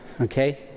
Okay